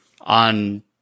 on